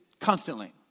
constantly